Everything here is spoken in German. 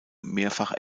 mehrfach